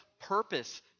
purpose